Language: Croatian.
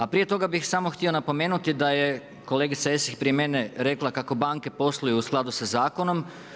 A prije toga bih samo htio napomenuti, da je kolegica Esih, prije mene, rekla, kako banke posluju u skladu sa zakonom.